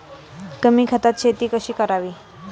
कमी खतात शेती कशी करावी?